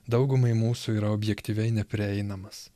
daugumai mūsų yra objektyviai neprieinamas